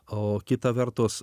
o kita vertus